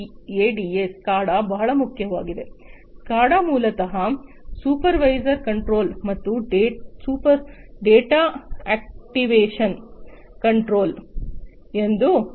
SCADA ಮೂಲತಃ supervisor control ಮತ್ತು data acquisition ಎಂದು